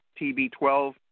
TB12